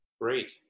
Great